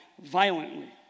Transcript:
violently